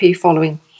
following